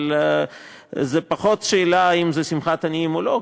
אבל זאת פחות שאלה אם זאת שמחת עניים או לא,